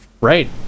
right